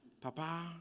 Papa